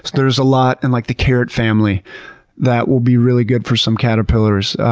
there's a lot in like the carrot family that will be really good for some caterpillars.